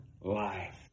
life